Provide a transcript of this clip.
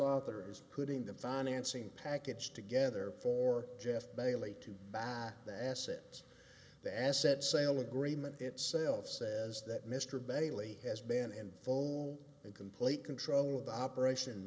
author is putting the financing package together for jeff bailey to buy the assets the asset sale agreement itself says that mr bailey has been in full and complete control of the operation